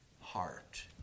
heart